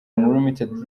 unlimited